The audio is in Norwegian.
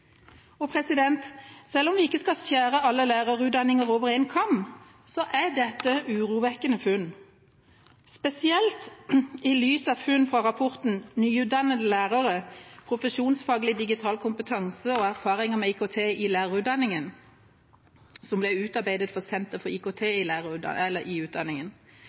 Selv om vi ikke skal skjære alle lærerutdanninger over én kam, er dette urovekkende funn, spesielt i lys av funn fra rapporten «Nyutdannede lærere – profesjonsfaglig digital kompetanse og erfaringer med IKT i lærerutdanningen», som ble utarbeidet av Senter for IKT i